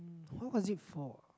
when was it for